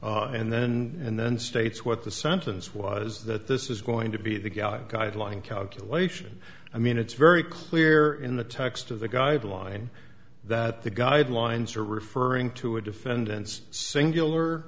singular and then and then states what the sentence was that this is going to be the gallup guideline calculation i mean it's very clear in the text of the guideline that the guidelines are referring to a defendant's singular